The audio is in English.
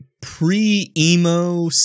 pre-emo